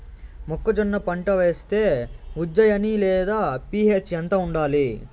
మొక్కజొన్న పంట వేస్తే ఉజ్జయని లేదా పి.హెచ్ ఎంత ఉండాలి?